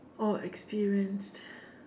or experienced